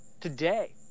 today